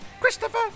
Christopher